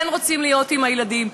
כן רוצים להיות עם הילדים,